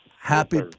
Happy